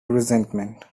resentment